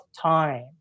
time